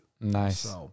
Nice